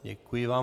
Děkuji vám.